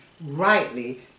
rightly